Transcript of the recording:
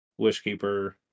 Wishkeeper